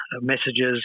messages